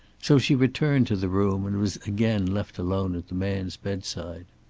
so she returned to the room and was again left alone at the man's bedside.